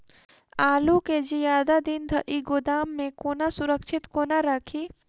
आलु केँ जियादा दिन धरि गोदाम मे कोना सुरक्षित कोना राखि?